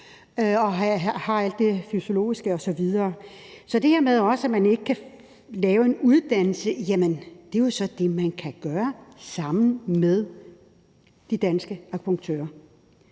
og har alt det fysiologiske osv. Så i forhold til det her med, at man ikke kan lave en uddannelse, vil jeg sige, at det jo så er det, man kan gøre sammen med de danske akupunktører.